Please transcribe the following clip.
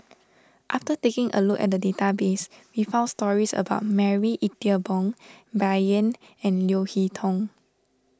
after taking a look at the database we found stories about Marie Ethel Bong Bai Yan and Leo Hee Tong